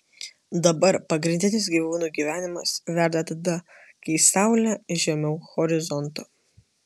dabar pagrindinis gyvūnų gyvenimas verda tada kai saulė žemiau horizonto